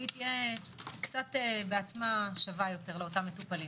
תהיה שווה יותר לאותם מטופלים.